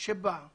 שבה אם